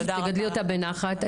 תגדלי אותה בנחת.